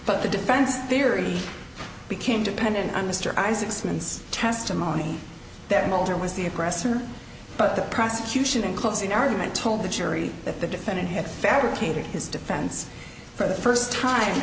but the defense theory became dependent on mr isaacson's testimony that mulder was the aggressor but the prosecution in closing argument told the jury that the defendant had fabricated his defense for the first time